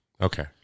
Okay